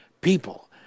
people